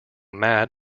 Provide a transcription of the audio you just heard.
mad